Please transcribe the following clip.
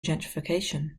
gentrification